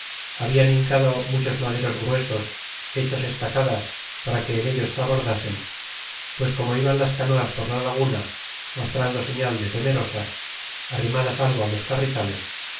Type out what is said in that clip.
hablan hincado muchos maderos gruesos hechos estacadas para que en ellos zabordasen pues como iban las canoas por la laguna mostrando seilal de temerosas arrimadas algo los carrizales